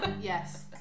Yes